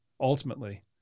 Ultimately